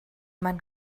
man